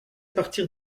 partir